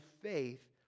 faith